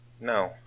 No